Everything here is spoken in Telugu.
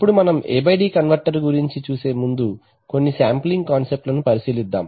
ఇప్పుడు మనం A D కన్వర్టర్ గురించి చూసే ముందు కొన్ని శాంప్లింగ్ కాన్సెప్ట్ లను పరిశీలిద్దాం